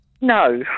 No